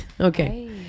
Okay